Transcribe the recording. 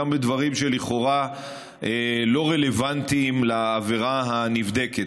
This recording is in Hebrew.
גם בדברים שלכאורה לא רלוונטיים לעבירה הנבדקת.